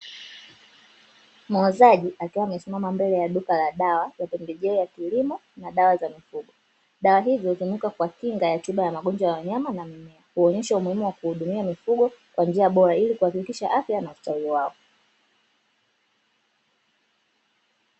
Muuzaji akiwa amesimama mbele ya duka la dawa la pembejeo ya kilimo, na dawa za mifugo dawa hizo hutumika kwa kinga ya tiba ya magonjwa ya wanyama, na ni kuonyesha umuhimu wa kuhudumia mifugo kwa njia bora ili kuhakikisha afya na kustawi wao.